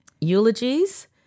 eulogies